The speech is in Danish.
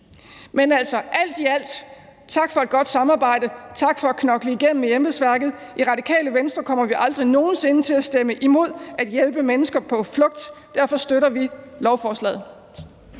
Men altså alt i alt tak for et godt samarbejde. Tak for at knokle igennem i embedsværket. I Radikale Venstre kommer vi aldrig nogen sinde til at stemme imod at hjælpe mennesker på flugt. Derfor støtter vi lovforslaget.